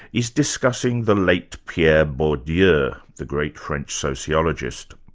is discussing the late pierre bourdieu, yeah the great french sociologist.